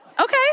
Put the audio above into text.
Okay